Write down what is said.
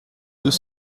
deux